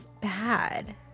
bad